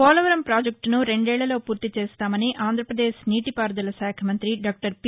పోలవరం పాజెక్టును రెందేళ్ళలో పూర్తి చేస్తామని ఆంధ్రప్రదేశ్ నీటిపారుదల శాఖ మంతి దాక్షర్ పి